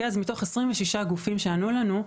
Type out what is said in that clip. מתוך 26 גופים שענו לנו,